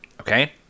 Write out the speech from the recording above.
okay